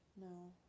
no